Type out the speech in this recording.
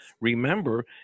remember